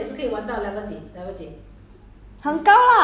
I me I never spend 我不花钱的